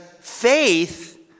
faith